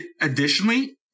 Additionally